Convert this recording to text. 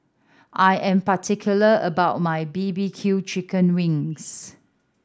I am particular about my B B Q chicken wings